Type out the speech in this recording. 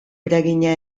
eragina